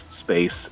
Space